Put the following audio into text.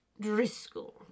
Driscoll